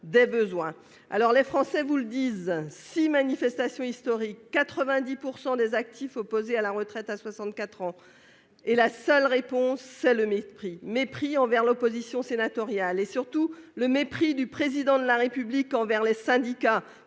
nos besoins. Les Français vous le disent : six manifestations historiques, 90 % des actifs opposés à la retraite à 64 ans, et la seule réponse, c'est le mépris. Mépris envers l'opposition sénatoriale. Mépris, surtout, du Président de la République envers les syndicats,